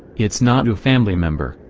it's not family member,